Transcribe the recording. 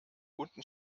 unten